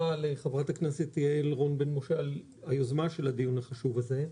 לחברת הכנסת יעל רון בן משה על היוזמה של הדיון החשוב הזה.